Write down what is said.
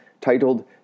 titled